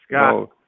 Scott